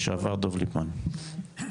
בבקשה.